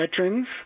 veterans